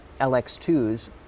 LX2s